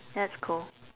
that's cool